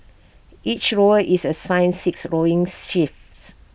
each rower is assigned six rowing shifts